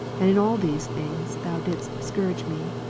and in all these things thou didst scourge me!